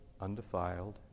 undefiled